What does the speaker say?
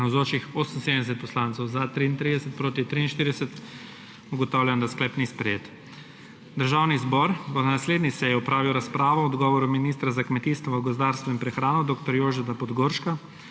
43. (Za je glasovalo 33.) (Proti 43.) Ugotavljam, da sklep ni sprejet. Državni zbor bo na naslednji seji opravil razpravo o odgovoru ministra za kmetijstvo, gozdarstvo in prehrano dr. Jožeta Podgorška